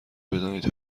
بدانید